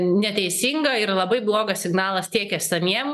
neteisinga ir labai blogas signalas tiek esamiem